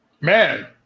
Man